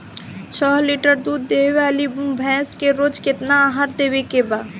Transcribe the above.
छह लीटर दूध देवे वाली भैंस के रोज केतना आहार देवे के बा?